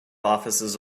offices